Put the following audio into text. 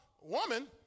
Woman